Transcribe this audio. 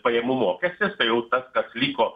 pajamų mokestis tai jau tas las liko